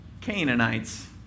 canaanites